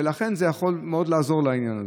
ולכן זה יכול מאוד לעזור לעניין הזה.